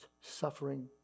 suffering